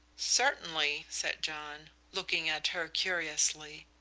certainly, said john, looking at her curiously.